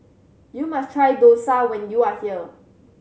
you must try dosa when you are here